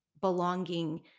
belonging